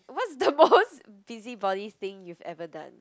what's the most busybody thing you've ever done